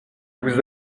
vous